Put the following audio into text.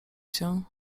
się